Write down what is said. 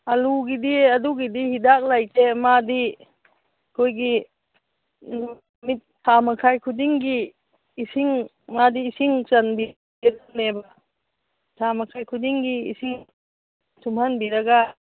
ꯑꯥꯂꯨꯒꯤꯗꯤ ꯑꯗꯨꯒꯤꯗꯤ ꯍꯤꯗꯥꯛ ꯂꯩꯇꯦ ꯃꯥꯗꯤ ꯑꯩꯈꯣꯏꯒꯤ ꯅꯨꯃꯤꯠ ꯊꯥ ꯃꯈꯥꯏ ꯈꯨꯗꯤꯡꯒꯤ ꯏꯁꯤꯡ ꯃꯗꯤ ꯏꯁꯤꯡ ꯆꯟꯕꯤꯒꯗꯕꯅꯦꯕ ꯊꯥ ꯃꯈꯥꯏ ꯈꯨꯗꯤꯡꯒꯤ ꯏꯁꯤꯡ ꯊꯨꯝꯍꯟꯕꯤꯔꯒ